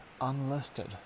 Unlisted